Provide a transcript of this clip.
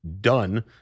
done